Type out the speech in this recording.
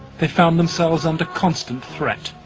they found themselves under constant threat.